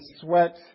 sweat